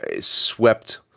swept